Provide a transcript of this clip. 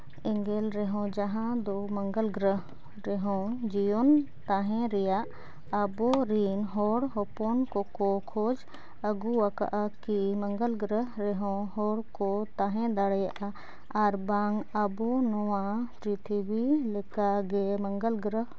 ᱮᱴᱟᱜ ᱮᱸᱜᱮᱞ ᱨᱮᱦᱚᱸ ᱡᱟᱦᱟᱸ ᱫᱚ ᱢᱚᱝᱜᱚᱞ ᱜᱨᱚᱦᱚ ᱨᱮᱦᱚᱸ ᱡᱤᱭᱚᱱ ᱛᱟᱦᱮᱱ ᱨᱮᱭᱟᱜ ᱟᱵᱚ ᱨᱮᱱ ᱦᱚᱲ ᱦᱚᱯᱚᱱ ᱠᱚᱠᱚ ᱠᱷᱚᱡᱽ ᱟᱹᱜᱩ ᱟᱠᱟᱜᱼᱟ ᱠᱤ ᱢᱚᱝᱜᱚᱞ ᱜᱨᱚᱦᱚ ᱨᱮᱦᱚᱸ ᱦᱚᱲ ᱠᱚ ᱛᱟᱦᱮᱸ ᱫᱟᱲᱮᱭᱟᱜᱼᱟ ᱟᱨ ᱵᱟᱝ ᱟᱵᱚ ᱱᱚᱣᱟ ᱯᱨᱤᱛᱷᱤᱵᱤ ᱞᱮᱠᱟ ᱜᱮ ᱢᱚᱝᱜᱚᱞ ᱜᱨᱚᱦᱚ